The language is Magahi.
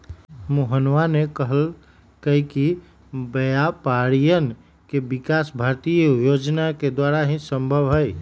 मोहनवा ने कहल कई कि व्यापारियन के विकास भारतीय योजना के द्वारा ही संभव हई